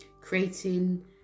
creating